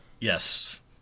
Yes